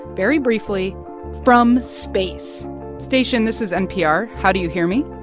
very briefly from space station, this is npr. how do you hear me?